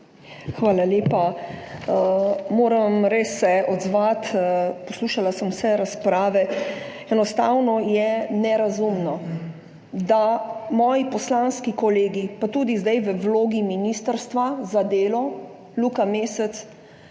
Hvala lepa. Res se moram odzvati. Poslušala sem vse razprave. Enostavno je nerazumno, da moji poslanski kolegi, pa tudi zdaj v vlogi ministrstva za delo, Luka Mesec,